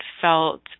felt